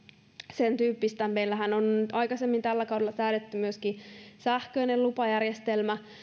sentyyppistä meillähän on aikaisemmin tällä kaudella säädetty myöskin sähköinen lupajärjestelmä